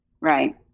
Right